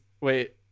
wait